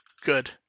good